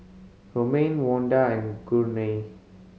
Romaine Vonda and Gurney